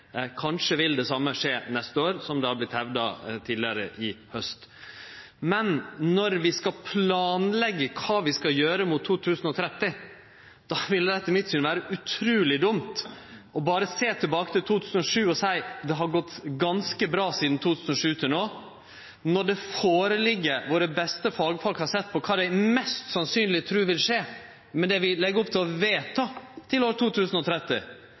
Kanskje vil det same skje neste år, slik det har vorte hevda tidlegare i haust. Men når vi skal planleggje kva vi skal gjere mot 2030, ville det etter mitt syn vere utruleg dumt berre å sjå tilbake til 2007 og seie at det har gått ganske bra frå 2007 til no, når våre beste fagfolk har sett på kva dei mest sannsynleg trur vil skje med det vi legg opp til å vedta til år 2030.